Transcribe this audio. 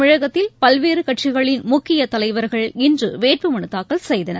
தமிழகத்தில் பல்வேறுகட்சிகளின் முக்கியதலைவர்கள் இன்றுவேட்புமனுதாக்கல் செய்தனர்